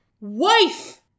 wife